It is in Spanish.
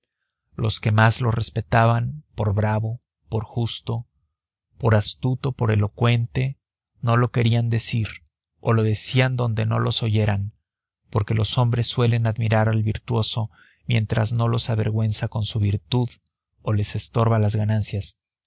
los que más lo respetaban por bravo por justo por astuto por elocuente no lo querían decir o lo decían donde no los oyeran porque los hombres suelen admirar al virtuoso mientras no los avergüenza con su virtud o les estorba las ganancias